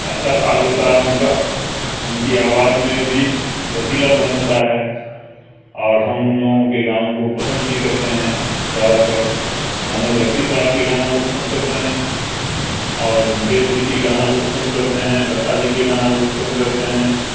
اچھا ساز ہوتا ہے ان کا ان کی آواز میں بھی رسیلا پن ہوتا ہے اور ہم ان لوگوں کے گانوں کو پسند بھی کرتے ہیں زیادہ تر محمد رفیع صاحب کے گانا کو پسند کرتے ہیں اور مکیش جی کے گانا کو پسند کرتے ہیں لتا جی کے گانا کو پسند کرتے ہیں